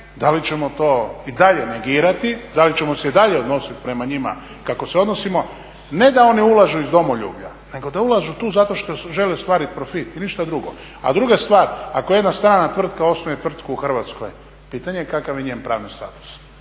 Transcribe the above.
da li ćemo to i dalje negirati, da li ćemo se i dalje odnositi prema njima kako se odnosimo ne da oni ulažu iz domoljublja nego da ulažu tu zato što žele ostvariti profit i ništa drugo. A druga stvar, ako jedna strana tvrtka osnuje tvrtku u Hrvatskoj pitanje je kakav je njen pravni status.